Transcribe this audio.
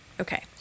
Okay